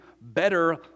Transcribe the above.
better